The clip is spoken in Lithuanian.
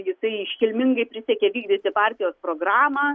jisai iškilmingai prisiekė vykdyti partijos programą